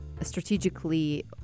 strategically